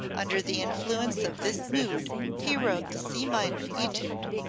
under the influence of this mood he wrote the c minor etude,